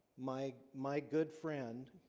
my my good friend